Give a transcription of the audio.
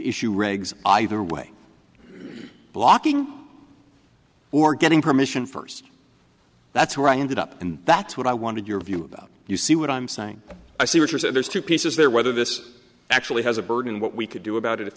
issue regs either way blocking or getting permission first that's where i ended up and that's what i wanted your view about you see what i'm saying i see what you said there's two pieces there whether this actually has a berg and what we could do about it if